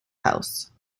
house